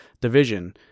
division